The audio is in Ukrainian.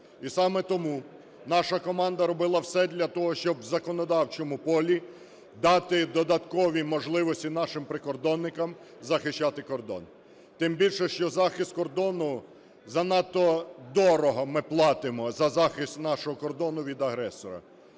І саме тому наша команда робила все для того, щоб в законодавчому полі дати додаткові можливості нашим прикордонникам захищати кордон. Тим більше, що захист кордону – занадто дорого ми платимо за захист нашого кордону від агресора.